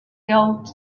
called